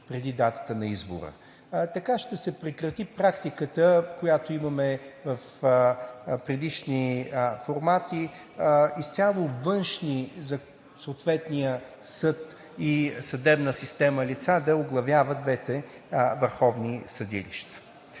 преди датата на избора. Така ще се прекрати практиката, която имаме в предишни формати, изцяло външни за съответния съд и съдебна система лица да оглавяват двете върховни съдилища.